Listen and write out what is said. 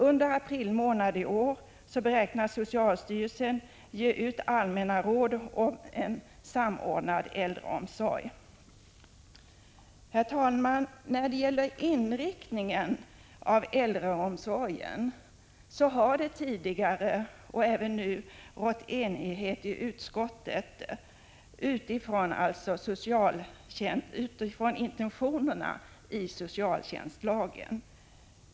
Under april månad i år beräknas socialstyrelsen ge ut allmänna råd om en samordnad äldreomsorg. Herr talman! När det gäller inriktningen av äldreomsorgen råder det nu liksom tidigare enighet i utskottet utifrån intentionerna i socialtjänstlagen.